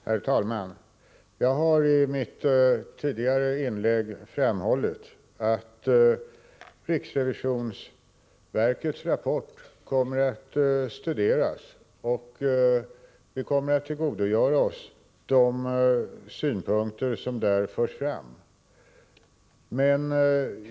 Herr talman! Jag har i mitt tidigare inlägg framhållit att riksrevisionsverkets rapport kommer att studeras, och vi kommer att tillgodogöra oss de synpunkter som där förs fram.